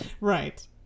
Right